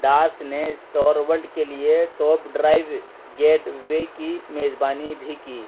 داس نے Star World کے لیے ٹاپ ڈرائیو گیٹ وے کی میزبانی بھی کی